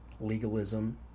legalism